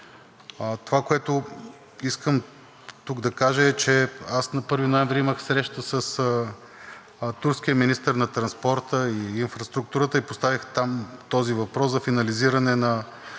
Това, което искам тук да кажа, е, че на 1 ноември имах среща с турския министър на транспорта и инфраструктурата и поставих там този въпрос за финализиране –